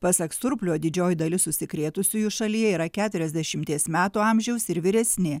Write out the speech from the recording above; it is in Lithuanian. pasak surplio didžioji dalis užsikrėtusiųjų šalyje yra keturiasdešimties metų amžiaus ir vyresni